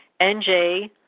nj